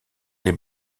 les